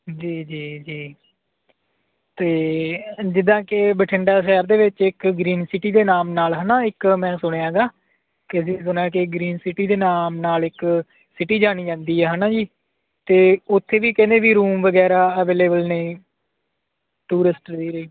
ਜੀ ਜੀ ਜੀ ਅਤੇ ਜਿੱਦਾਂ ਕਿ ਬਠਿੰਡਾ ਸ਼ਹਿਰ ਦੇ ਵਿੱਚ ਇੱਕ ਗ੍ਰੀਨ ਸਿਟੀ ਦੇ ਨਾਮ ਨਾਲ ਹੈ ਨਾ ਇੱਕ ਮੈਂ ਸੁਣਿਆ ਹੈਗਾ ਕਿ ਅਸੀਂ ਸੁਣਿਆ ਕਿ ਗ੍ਰੀਨ ਸਿਟੀ ਦੇ ਨਾਮ ਨਾਲ ਇੱਕ ਸਿਟੀ ਜਾਣੀ ਜਾਂਦੀ ਹੈ ਹੈ ਨਾ ਜੀ ਅਤੇ ਉੱਥੇ ਵੀ ਕਹਿੰਦੇ ਵੀ ਰੂਮ ਵਗੈਰਾ ਅਵੇਲੇਬਲ ਨੇ ਟੂਰਿਸਟ ਦੇ ਲਈ